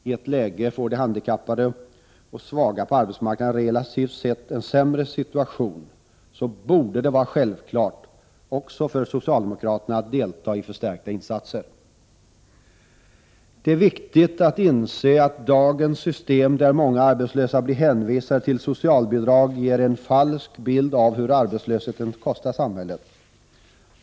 I ett läge då de handikappade och svaga på arbetsmarknaden relativt sett får en sämre situation borde det vara självklart också för socialdemokrater att vara med om en förstärkning av insatserna. Det är viktigt att inse att dagens system, där många arbetslösa blir hänvisade till socialbidrag, ger en falsk bild av vad arbetslösheten kostar samhället.